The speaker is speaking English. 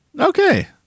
Okay